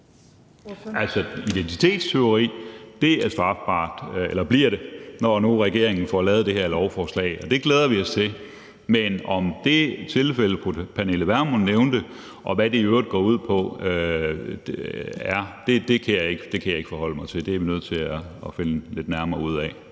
– eller bliver det, når nu regeringen får lavet det her lovforslag. Det glæder vi os til. Men det tilfælde, som fru Pernille Vermund nævnte, og hvad det i øvrigt går ud på, kan jeg ikke forholde mig til. Der er vi nødt til at finde ud af